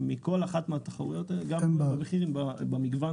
כל הרפורמה הזאת באה להסיר חסמים ויבואן